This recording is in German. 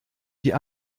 die